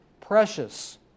Precious